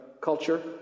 culture